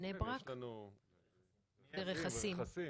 בני-ברק ורכסים.